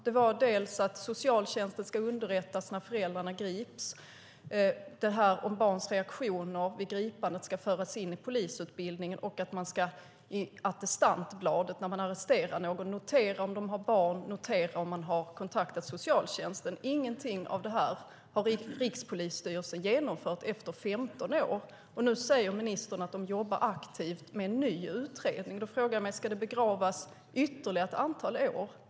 Det var att socialtjänsten ska underrättas när föräldrarna grips, det var att barns reaktioner vid gripandet ska föras in i polisutbildningen och att man i arrestantbladet när man arresterar någon ska notera om de har barn och om man har kontaktat socialtjänsten. Ingenting av detta har Rikspolisstyrelsen genomfört efter 15 år, och nu säger ministern att de jobbar aktivt med en ny utredning. Då frågar jag mig: Ska det begravas ytterligare ett antal år?